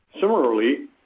Similarly